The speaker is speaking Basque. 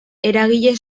eragile